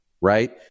Right